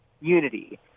unity